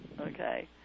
Okay